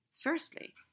Firstly